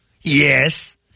Yes